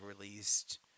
released